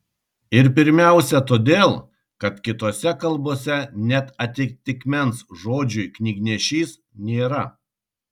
ir pirmiausia todėl kad kitose kalbose net atitikmens žodžiui knygnešys nėra